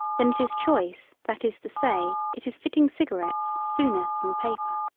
then it is choice that is to say it is fitting cigarettes sooner than paper.